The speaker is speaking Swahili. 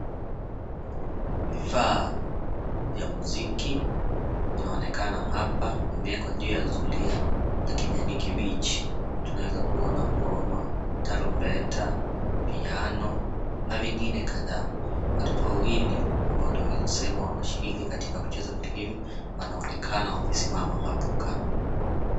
Vifaa vya muziki vinaonekana hapa vimeekwa juu ya zulia ya kijani kibichi. Tunaeza kuona ngoma, tarumbeta, piano na vingine kadhaa. Watoto wawili ambao twaweza sema wanashiriki katika kucheza vitu hivi wanaonekana wakisimama hapo kando.